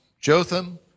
Jotham